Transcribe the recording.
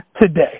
Today